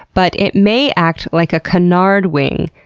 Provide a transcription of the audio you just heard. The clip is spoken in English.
but it may act like a canard wing,